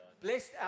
blessed